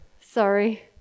Sorry